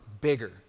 bigger